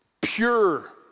pure